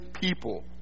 people